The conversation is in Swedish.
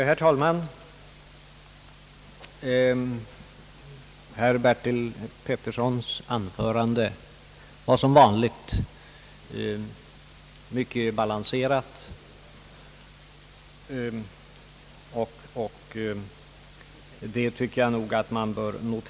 Herr talman! Herr Bertil Peterssons anförande var som vanligt mycket balanserat.